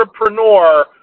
entrepreneur